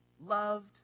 loved